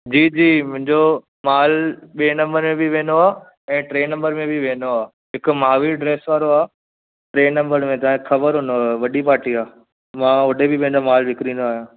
जी जी मुंहिंजो मालु ॿिएं नम्बर में बि वेंदो आहे ऐं टे नम्बर में बि वेंदो आहे हिकु महावीर ड्रेस वारो आहे टे नम्बर में तव्हांखे ख़बर हूंदव वॾी पार्टी आहे मां ओॾे बि पंहिंजो मालु विकिणंदो आहियां